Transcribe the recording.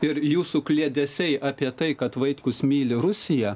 ir jūsų kliedesiai apie tai kad vaitkus myli rusiją